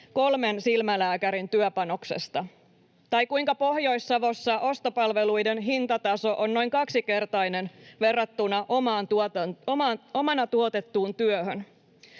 kolmen silmälääkärin työpanoksesta tai kuinka Pohjois-Savossa ostopalveluiden hintataso on noin kaksinkertainen verrattuna omana tuotettuun työhön.